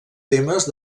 temes